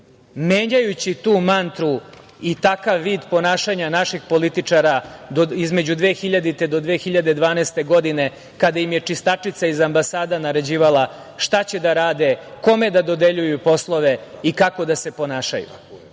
Menjajući tu mantru i takav vid ponašanja našeg političara između 2000. do 2012. godine, kada im je čistačica iz ambasada naređivala šta će da rade, kome da dodeljuju poslove i kako da se ponašaju?I,